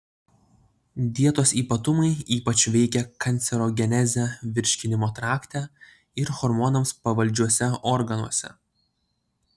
dietos ypatumai ypač veikia kancerogenezę virškinimo trakte ir hormonams pavaldžiuose organuose